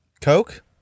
Coke